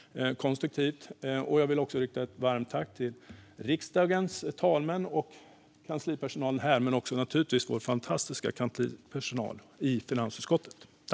Jag vill också rikta ett varmt tack till riksdagens talmän och kanslipersonal men naturligtvis också till vår fantastiska kanslipersonal i finansutskottet.